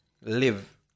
live